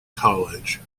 college